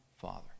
father